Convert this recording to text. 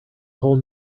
whole